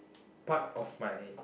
part of my